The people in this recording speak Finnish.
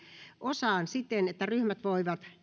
osaan siten että ryhmät voivat